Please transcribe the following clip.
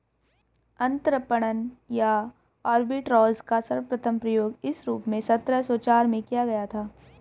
अंतरपणन या आर्बिट्राज का सर्वप्रथम प्रयोग इस रूप में सत्रह सौ चार में किया गया था